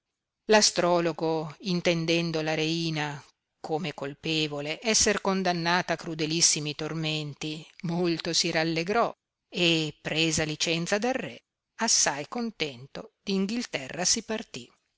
intendendo la reina come colpevole esser condannata a crudelissimi tormenti molto si rallegrò e presa licenza dal re assai contento d inghilterra si partì